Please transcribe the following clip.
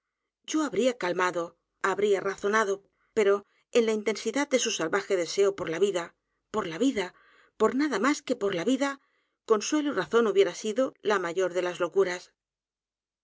intensidad de su salvaje deseo por la vida por la vida por nada más que por la vida consuelo y razón hubiera sido la mayor de las locuras